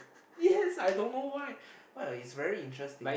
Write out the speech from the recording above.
yes I don't know why but it's very interesting